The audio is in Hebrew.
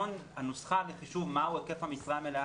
הנוסחה לחישוב מהו היקף המשרה המלאה,